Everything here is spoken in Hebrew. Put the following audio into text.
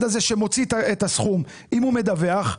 הזה שמוציא את הסכום אם הוא מדווח,